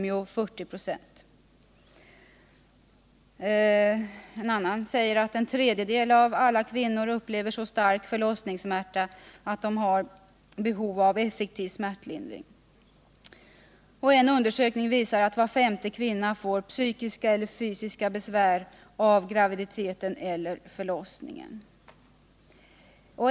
En annan undersökning anger att en tredjedel av alla kvinnor upplever så stark förlossningssmärta att de har behov av effektiv smärtlindring. En undersökning visar att var femte kvinna får psykiska eller fysiska besvär av graviditeten eller förlossningen.